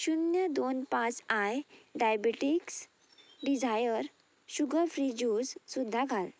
शुन्य दोन पांच आय diabetics desire sugar free juice सुद्दां घाल